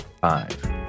Five